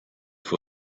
for